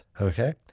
okay